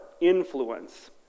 influence